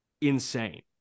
insane